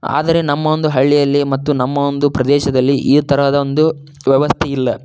ಆದರೆ ನಮ್ಮ ಒಂದು ಹಳ್ಳಿಯಲ್ಲಿ ಮತ್ತು ನಮ್ಮ ಒಂದು ಪ್ರದೇಶದಲ್ಲಿ ಈ ಥರದ ಒಂದು ವ್ಯವಸ್ಥೆ ಇಲ್ಲ